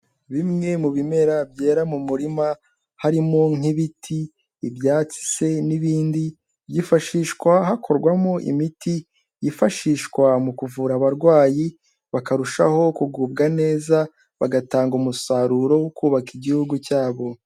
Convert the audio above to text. Bimwe mu bimera byera mu murima, harimo nk'ibiti, ibyatsi se n'ibindi, byifashishwa hakorwamo imiti, yifashishwa mu kuvura abarwayi, bakarushaho kugubwa neza, bagatanga umusaruro wo kubaka igihugu cyabo.